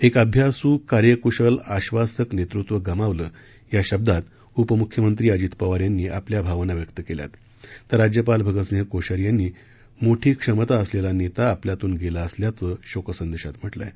एक अभ्यास कार्यक्शल आश्वासक नेतृत्व गमावलं या शब्दात उपमुख्यमंत्री अजित पवार यांनी आपल्या भावना व्यक्त केल्या तर राज्यपाल भगतसिंह कोश्यारी यांनी मोठी क्षमता असलेला नेता आपल्यातून गेला असल्याचं आपल्या शोकसंदेशात म्हटलं आहे